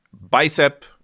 Bicep